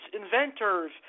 inventors